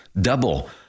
Double